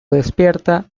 despierta